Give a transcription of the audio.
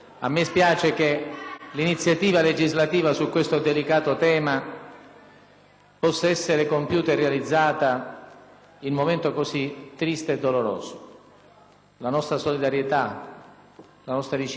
possa essere compiuta e realizzata in un momento così triste e doloroso. La nostra solidarietà e la nostra vicinanza al papà di Eluana le abbiamo sempre manifestate in tutti i nostri interventi.